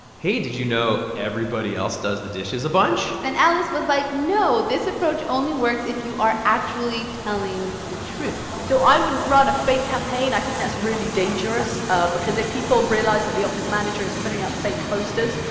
hey, did you know everybody else does the dishes a bunch? and alice was like, no, no, this approach only works if you are actually telling the truth so i wouldn't run a fake campaign. i think that's really dangerous ah because if people realize that the office manager is putting up fake posters,